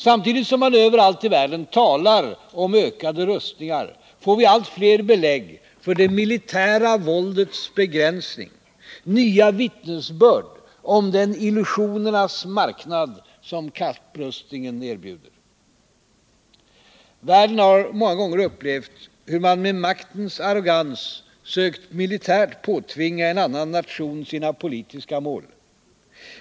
Samtidigt som man överallt i världen talar om ökade rustningar får vi allt fler belägg för det militära våldets begränsning, nya vittnesbörd från den illusionernas marknad som kapprustningen erbjuder. Världen har många gånger upplevt hur man med maktens arrogans sökt militärt påtvinga en annan nation sina politiska mål.